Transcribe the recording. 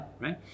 right